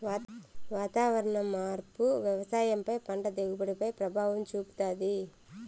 వాతావరణ మార్పు వ్యవసాయం పై పంట దిగుబడి పై ప్రభావం చూపుతాది